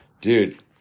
dude